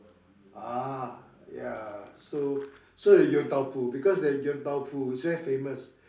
ah ya so so the Yong-Tau-Foo because the Yong-Tau-Foo is very famous